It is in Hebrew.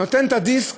ונותן את הדיסק